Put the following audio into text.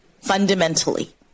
fundamentally